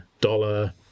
dollar